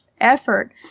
effort